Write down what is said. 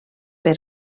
per